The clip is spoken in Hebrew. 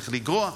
איך לגרוע,